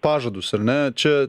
pažadus ar na čia